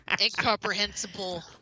incomprehensible